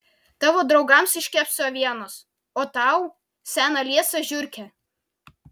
tavo draugams iškepsiu avienos o tau seną liesą žiurkę